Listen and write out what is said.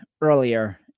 earlier